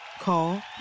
Call